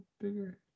bigger